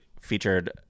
featured